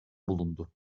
bulundu